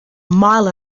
mile